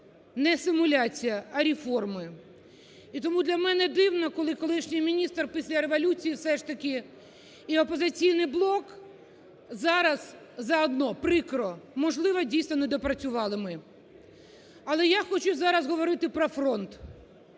не симуляція, а реформи. І тому для мене дивно, коли колишній міністр після революції все ж таки і "Опозиційний блок" зараз заодно. Прикро. Можливо, дійсно, не допрацювали ми. Але я хочу зараз говорити про фронт.